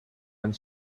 and